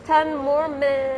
ten more minutes